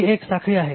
ही एक साखळी आहे